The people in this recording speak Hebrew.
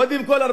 קודם כול,